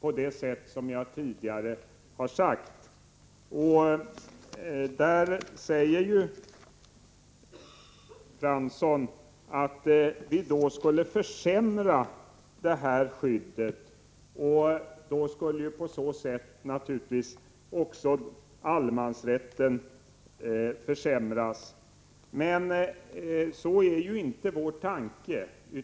Jan Fransson menar att strandskyddet då skulle försämras, och att därmed också allemansrätten skulle försämras. Men det är inte vår avsikt.